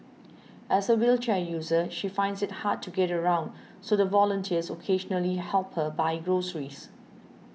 as a wheelchair user she finds it hard to get around so the volunteers occasionally help her buy groceries